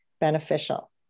beneficial